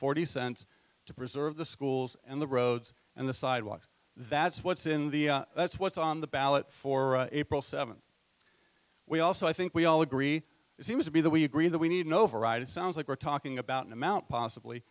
forty cents to preserve the schools and the roads and the sidewalks that's what's in the that's what's on the ballot for april seventh we also i think we all agree it seems to be that we agree that we need an override it sounds like we're talking about an amount possibly